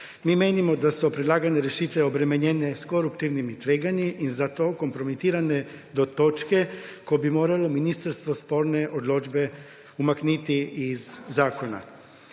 Mi menimo, da so predlagane rešitve obremenjene s koruptivnimi tveganji in zato kompromitirane do točke, ko bi moralo ministrstvo sporne odločbe umakniti iz zakona.